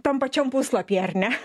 tam pačiam puslapyje ar ne